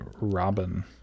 Robin